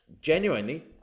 genuinely